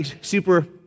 super